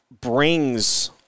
brings